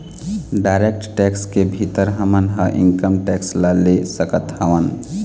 direct tax के भीतर हमन ह इनकम टेक्स ल ले सकत हवँन